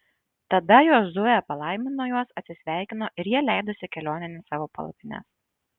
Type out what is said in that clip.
tada jozuė palaimino juos atsisveikino ir jie leidosi kelionėn į savo palapines